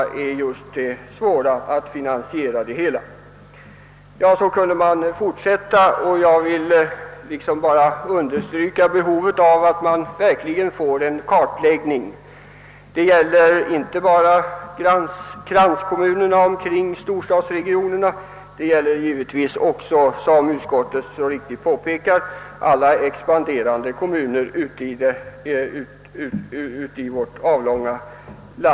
Jag skulle naturligtvis kunna fortsätta med en uppräkning av svårigheterna, men jag vill här bara understryka behovet av att vi får en kartläggning av det hela. Det gäller inte bara kranskommunerna i storstadsregionerna, utan det gäller givetvis också, såsom utskottet så riktigt har påpekat, alla expanderande kommuner i landet.